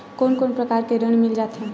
कोन कोन प्रकार के ऋण मिल जाथे?